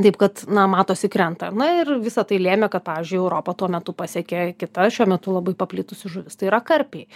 taip kad na matosi krenta na ir visa tai lėmė kad pavyzdžiui europą tuo metu pasiekė kita šiuo metu labai paplitusi žuvis tai yra karpiai